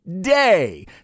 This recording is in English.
day